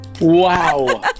Wow